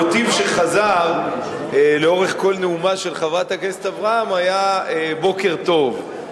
המוטיב שחזר לאורך כל נאומה של חברת הכנסת אברהם היה "בוקר טוב",